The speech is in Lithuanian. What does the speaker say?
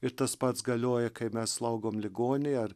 ir tas pats galioja kai mes slaugom ligonį ar